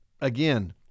again